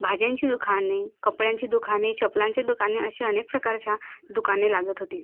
भाज्यांची दुकाने कपड्यांची दुकाने चपलांचे दुकाने असे अनेक प्रकारची दुकाने लागत होते